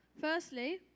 Firstly